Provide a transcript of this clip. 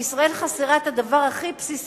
שישראל חסרה את הדבר הכי בסיסי,